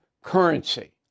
currency